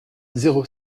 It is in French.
zéro